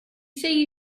see